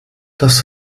das